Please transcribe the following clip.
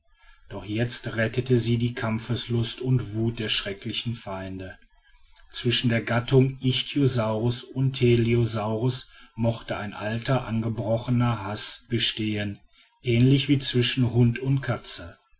doch jetzt rettete sie die kampfeslust und wut der schrecklichen feinde zwischen der gattung ichthyosaurus und teleosaurus mochte ein alter angeborener haß bestehen ähnlich wie zwischen hund und katze